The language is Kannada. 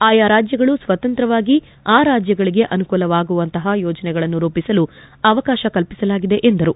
ಆಯಾ ರಾಜ್ಯಗಳು ಸ್ವತಂತ್ರವಾಗಿ ಆ ರಾಜ್ಯಗಳಿಗೆ ಅನುಕೂಲವಾಗುವಂತಹ ಯೋಜನೆಗಳನ್ನು ರೂಪಿಸಲು ಅವಕಾಶ ಕಲ್ಪಿಸಲಾಗಿದೆ ಎಂದರು